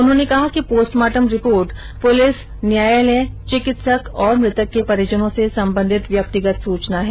उन्होंने कहा कि पोस्टमार्टम रिपोर्ट पुलिस न्यायालय चिकित्सक और मृतक े के परिजनों से संबंधित व्यक्तिगत सूचना है